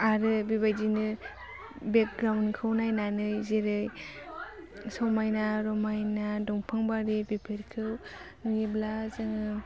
आरो बेबायदिनो बेगग्राउनखौ नायनानै जेरै समायना रमायना दंफांबारि बेफोरखौ नुयोब्ला जोङो